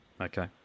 Okay